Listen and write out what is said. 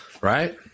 Right